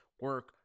Work